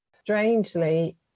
strangely